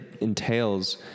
entails